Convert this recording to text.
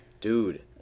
Dude